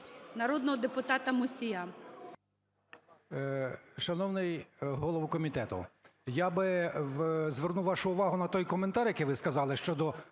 народного депутата Мусія.